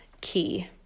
key